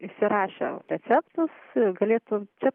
įsirašę receptus galėtų toj